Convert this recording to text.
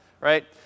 Right